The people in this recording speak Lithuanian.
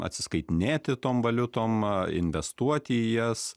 atsiskaitinėti tom valiutom a investuoti į jas